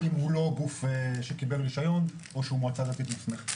אתה מסכים עם חבר הכנסת מרגי?